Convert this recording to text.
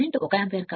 కాబట్టి ∅0 ∅1